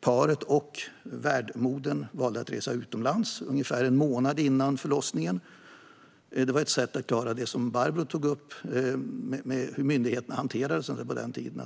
Paret och värdmodern valde att resa utomlands ungefär en månad före förlossningen, vilket var ett sätt att klara det som Barbro tog upp gällande myndigheternas hantering på den tiden.